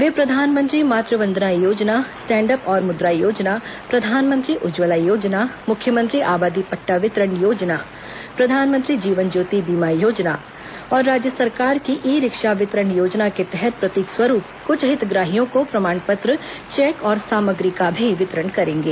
वे प्रधानमंत्री मातु वंदना योजना स्टैंडअप और मुद्रा योजना प्रधानमंत्री उज्ज्वला योजना मुख्यमंत्री आबादी पट्टा वितरण योजना प्रधानमंत्री जीवन ज्योति बीमा योजना और राज्य सरकार की ई रिक्शा वितरण योजना के तहत प्रतीक स्वरूप कुछ हितग्राहियों को प्रमाण पत्र चेक और सामग्री का भी वितरण करेंगे